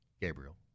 Gabriel